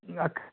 अख